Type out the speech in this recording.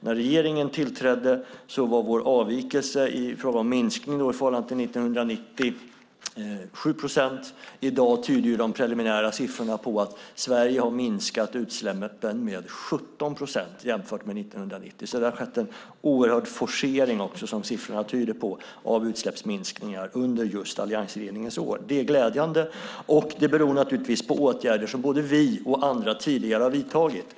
När regeringen tillträdde var vår avvikelse 7 procent i förhållande till 1990. I dag tyder de preliminära siffrorna på att Sverige har minskat utsläppen med 17 procent jämfört med 1990. Det har alltså, vilket siffrorna tyder på, skett en tydlig forcering av utsläppsminskningarna under alliansregeringens år. Det är glädjande, och det beror naturligtvis på åtgärder som både vi och andra tidigare har vidtagit.